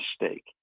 mistake